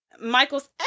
Michael's